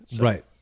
Right